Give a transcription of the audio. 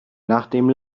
nachdem